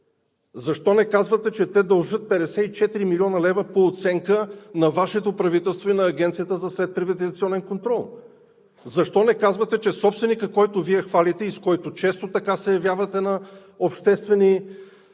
Защо не казвате, че те дължат 54 млн. лв. по оценка на Вашето правителство и на Агенцията за следприватизационен контрол? Защо не казвате, че собственикът, когото Вие хвалите и с когото често се явявате на обществени